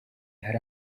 hari